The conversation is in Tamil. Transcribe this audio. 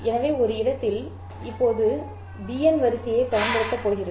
எனவே ஒரு இடத்தில் இப்போது bn வரிசையைப் பயன்படுத்தப் போகிறது